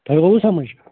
تۄہہِ اووُ سَمٕج